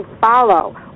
follow